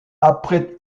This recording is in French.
après